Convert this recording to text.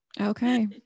Okay